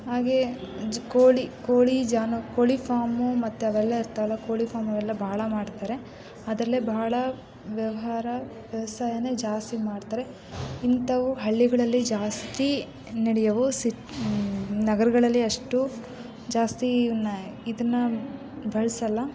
ಹಾಗೆ ಕೋಳಿ ಕೋಳಿ ಜಾನು ಕೋಳಿ ಫಾರ್ಮು ಮತ್ತೆ ಅವೆಲ್ಲ ಇರ್ತಾವಲ್ಲ ಕೋಳಿ ಫಾರ್ಮು ಅವೆಲ್ಲ ಭಾಳ ಮಾಡ್ತಾರೆ ಅದರಲ್ಲೇ ಬಹಳ ವ್ಯವಹಾರ ವ್ಯವಸಾಯನೇ ಜಾಸ್ತಿ ಮಾಡ್ತಾರೆ ಇಂಥವು ಹಳ್ಳಿಗಳಲ್ಲಿ ಜಾಸ್ತಿ ನಡೆಯವು ಸೀಟ್ ನಗರಗಳಲ್ಲಿ ಅಷ್ಟು ಜಾಸ್ತಿ ಇದನ್ನು ಇದನ್ನು ಬಳಸಲ್ಲ